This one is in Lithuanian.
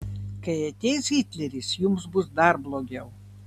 kai ateis hitleris jums bus dar blogiau